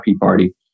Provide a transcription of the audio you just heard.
party